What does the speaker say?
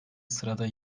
sırada